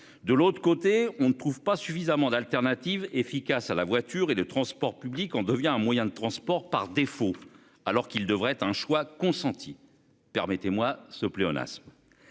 De l'autre côté, on ne trouve pas suffisamment d'alternatives efficaces à la voiture et de transports publics, on devient un moyen de transport par défaut, alors qu'il devrait être un choix consenti. Permettez-moi ce pléonasme.